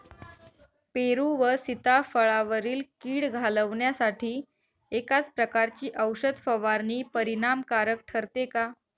पेरू व सीताफळावरील कीड घालवण्यासाठी एकाच प्रकारची औषध फवारणी परिणामकारक ठरते का?